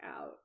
out